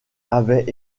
avaient